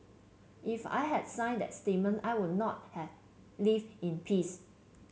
if I had signed that statement I would not have lived in peace